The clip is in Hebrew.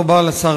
יכול לשאול.